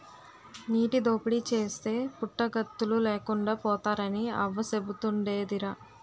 నీటి దోపిడీ చేస్తే పుట్టగతులు లేకుండా పోతారని అవ్వ సెబుతుండేదిరా